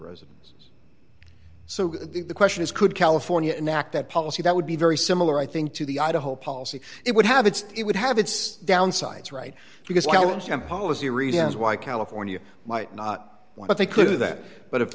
residents so the question is could california enact that policy that would be very similar i think to the idaho policy it would have it's it would have its downsides right because alex kemp policy reasons why california might not want they could do that but if